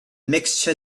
mixture